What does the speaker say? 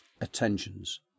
attentions